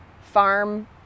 farm